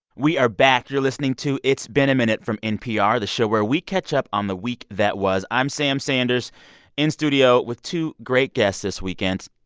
we are back. you're listening to it's been a minute from npr, the show where we catch up on the week that was. i'm sam sanders in studio with two great guests this weekend.